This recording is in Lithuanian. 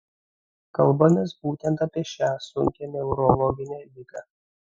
kalbamės būtent apie šią sunkią neurologinę ligą